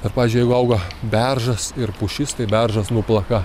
ar pavyzdžiui jeigu auga beržas ir pušis tai beržas nuplaka